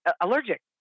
allergic